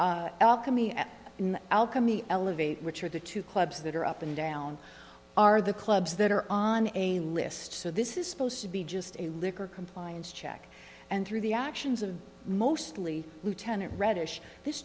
alchemy elevate which are the two clubs that are up and down are the clubs that are on a list so this is supposed to be just a liquor compliance check and through the actions of mostly lieutenant redish this